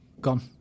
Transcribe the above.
Gone